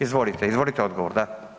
Izvolite, izvolite odgovor, da.